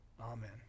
Amen